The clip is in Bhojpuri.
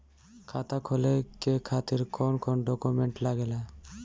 खाता खोले के खातिर कौन कौन डॉक्यूमेंट लागेला?